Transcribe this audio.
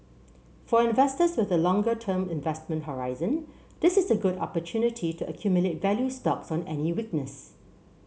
for investors with a longer term investment horizon this is a good opportunity to accumulate value stocks on any weakness